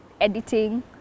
editing